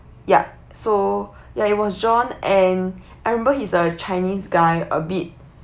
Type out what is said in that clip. yup so ya it was john and I remember he's a chinese guy a bit